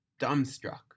dumbstruck